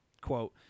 quote